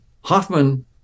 Hoffman